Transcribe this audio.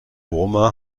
burma